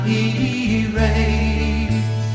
erase